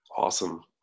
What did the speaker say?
Awesome